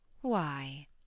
Why